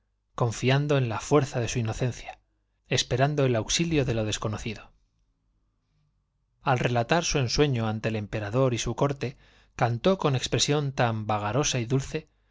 confia'ndo en la fuerza de su inocencia esperando el auxilio de lo descono cido al relatar su ensueño ante el emperador y su corte cantó con expresión tan los brazos vagar osa y dulce